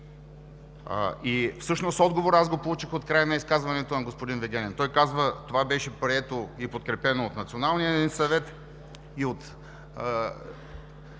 партии? Отговорът аз го получих от края на изказването на господин Вигенин. Той казва: „Това беше прието и подкрепено от Националния ни съвет и от